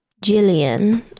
Jillian